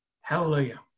Hallelujah